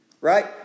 Right